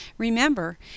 Remember